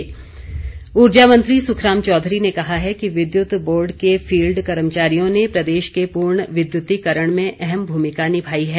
ऊर्जा मंत्री ऊर्जा मंत्री सुखराम चौधरी ने कहा है कि विद्युत बोर्ड के फील्ड कर्मचारियों ने प्रदेश के पूर्ण विद्युतीकरण में अहम भूमिका निभाई है